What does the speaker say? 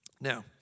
Now